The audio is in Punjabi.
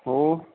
ਹੋਰ